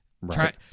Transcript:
Right